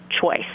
choice